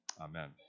Amen